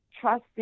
trust